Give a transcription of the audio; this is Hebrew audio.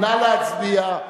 נא להצביע.